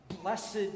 Blessed